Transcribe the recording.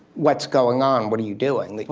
what's going on? what are you doing? like